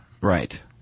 Right